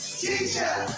teacher